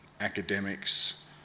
academics